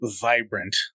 vibrant